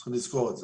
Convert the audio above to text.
צריכים לזכור את זה.